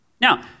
Now